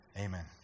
Amen